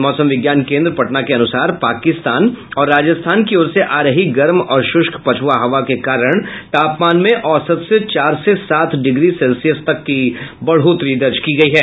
मौसम विज्ञान केंद्र पटना के अनुसार पाकिस्तान और राजस्थान की ओर से आ रही गर्म और शृष्क पछ्आ हवा के कारण तापमान में औसत से चार से सात डिग्री सेल्सियस तक की बढ़ोतरी दर्ज की गयी है